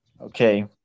Okay